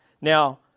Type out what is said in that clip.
now